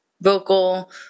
vocal